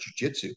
jujitsu